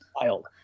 wild